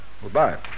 Goodbye